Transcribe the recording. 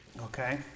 okay